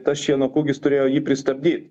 tas šieno kūgis turėjo jį pristabdyt